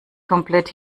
komplett